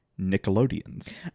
Nickelodeons